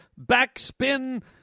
backspin